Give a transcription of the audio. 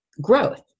growth